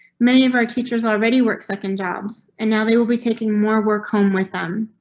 many of our teachers already work second jobs and now they will be taking more work home with them.